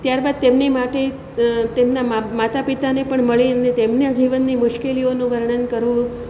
ત્યારબાદ તેમની માટે તેમનાં માતા પિતાને પણ મળી તેમનાં જીવનની મુશ્કેલીઓનું વર્ણન કરવું